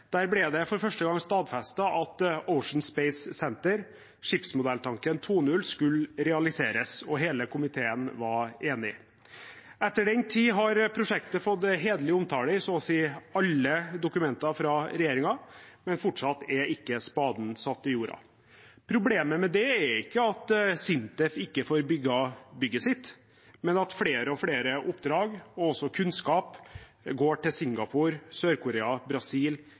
Der ble det for første gang stadfestet at Ocean Space Centre, skipsmodelltanken 2.0, skulle realiseres, og hele komiteen var enig. Etter den tid har prosjektet fått hederlig omtale i så å si alle dokumenter fra regjeringen, men fortsatt er ikke spaden satt i jorda. Problemet med det er ikke at SINTEF ikke får bygd bygget sitt, men at flere og flere oppdrag og også kunnskap går til Singapore, Sør-Korea, Brasil,